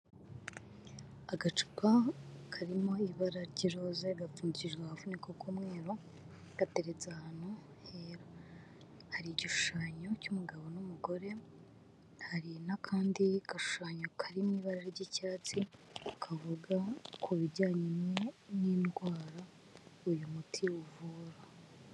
Agacupa karimo ibara ry'iroza gapfundikijwe agafuniko k'umweru gateretse ahantu hera, hari igishushanyo cy'umugabo n'umugore hari n'akandi gashushanyo kari mu ibara ry'icyatsi kavuga ku bijyanye n'indwara uyu muti uvura.